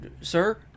sir